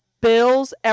bills